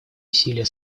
усилия